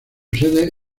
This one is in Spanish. sede